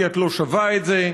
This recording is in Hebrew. כי: את לא שווה את זה,